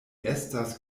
estas